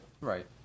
Right